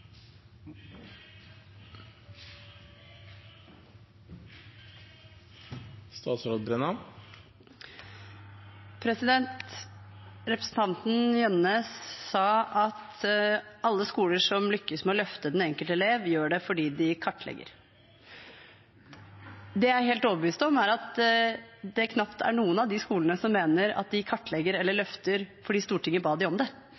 Representanten Jønnes sa at alle skoler som lykkes med å løfte den enkelte elev, gjør det fordi de kartlegger. Det jeg er helt overbevist om, er at det knapt er noen av de skolene som mener at de kartlegger eller løfter fordi Stortinget ba dem om det. Jeg tror at grunnen til at man lykkes i det